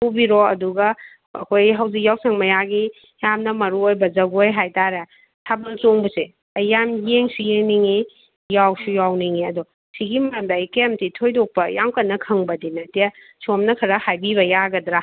ꯄꯨꯕꯤꯔꯣ ꯑꯗꯨꯒ ꯑꯩꯈꯣꯏ ꯍꯧꯖꯤꯛ ꯌꯥꯎꯁꯪ ꯃꯌꯥꯒꯤ ꯌꯥꯝꯅ ꯃꯔꯨ ꯑꯣꯏꯕ ꯖꯒꯣꯏ ꯍꯥꯏꯇꯥꯔꯦ ꯊꯥꯕꯜ ꯆꯣꯡꯕꯁꯦ ꯌꯥꯝ ꯌꯦꯡꯁꯨ ꯌꯦꯡꯅꯤꯡꯉꯤ ꯌꯥꯎꯁꯨ ꯌꯥꯎꯅꯤꯡꯉꯤ ꯑꯗꯣ ꯁꯤꯒꯤ ꯃꯔꯝꯗ ꯑꯩ ꯀꯦꯝꯇ ꯊꯣꯏꯗꯣꯛꯄ ꯌꯥꯝ ꯀꯟꯅ ꯈꯪꯕꯗ ꯅꯠꯇꯦ ꯁꯣꯝꯅ ꯈꯔ ꯍꯥꯏꯕꯤꯕ ꯌꯥꯒꯗ꯭ꯔꯥ